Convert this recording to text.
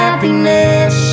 Happiness